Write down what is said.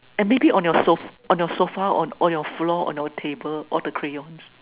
and maybe on your sofa on your sofa or on your floor on your table all the crayons